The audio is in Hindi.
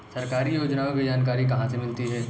सरकारी योजनाओं की जानकारी कहाँ से मिलती है?